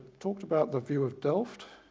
talked about the view of delft